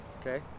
okay